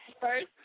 first